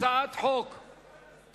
הצעת חוק פ/1456,